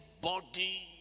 body